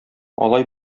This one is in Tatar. алай